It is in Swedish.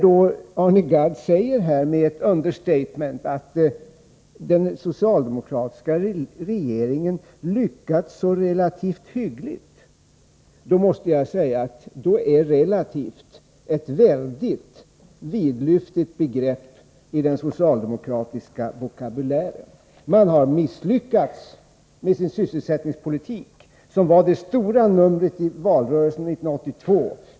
När Arne Gadd säger, med ett understatement, att den socialdemokratiska regeringen lyckats så relativt hyggligt, då måste jag säga att ”relativt” är ett väldigt vidlyftigt begrepp i den socialdemokratiska vokabulären. Man har misslyckats med sin sysselsättningspolitik, som var det stora numret i valrörelsen 1982.